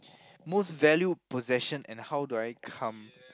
most valued possession and how do I come